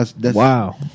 Wow